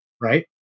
right